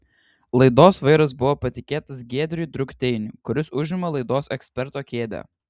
laidos vairas buvo patikėtas giedriui drukteiniui kuris užima laidos eksperto kėdę